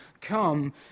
come